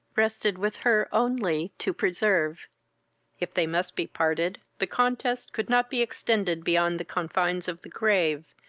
rested with her only to preserve if they must be parted, the contest could not be extended beyond the confines of the grave,